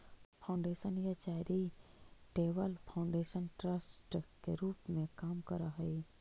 foundation या charitable foundation trust के रूप में काम करऽ हई